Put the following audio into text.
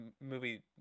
movie